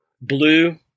Blue